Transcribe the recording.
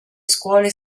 scuole